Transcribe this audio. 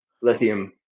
lithium